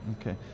Okay